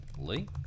Lee